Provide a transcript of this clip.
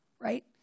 Right